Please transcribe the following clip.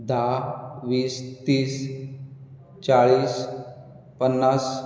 धा वीस तीस चाळीस पन्नास